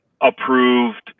approved